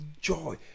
joy